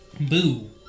Boo